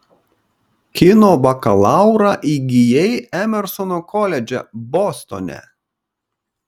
kino bakalaurą įgijai emersono koledže bostone